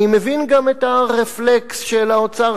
אני מבין גם את הרפלקס של האוצר,